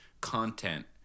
content